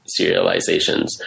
serializations